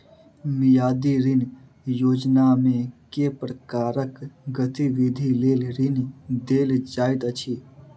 मियादी ऋण योजनामे केँ प्रकारक गतिविधि लेल ऋण देल जाइत अछि